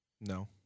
No